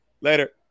Later